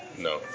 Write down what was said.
No